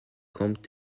comte